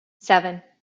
seven